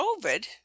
COVID